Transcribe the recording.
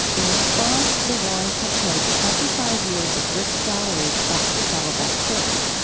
in response, the warrens have paid twenty five years of rick's salary back to saddleback church.